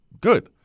Good